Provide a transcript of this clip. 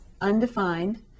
undefined